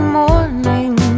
morning